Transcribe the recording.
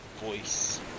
voice